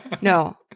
No